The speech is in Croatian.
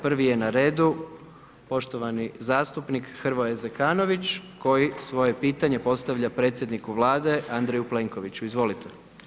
Prvi je na redu poštovani zastupnik Hrvoje Zekanović koji svoje pitanje postavlja predsjedniku Vlade Andreju Plenkoviću, izvolite.